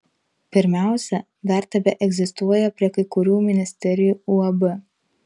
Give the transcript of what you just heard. pirmiausia dar tebeegzistuoja prie kai kurių ministerijų uab